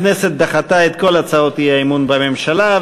הכנסת דחתה את כל הצעות האי-אמון בממשלה.